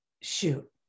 Shoot